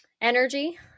energy